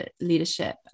leadership